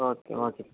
okay okay